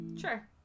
sure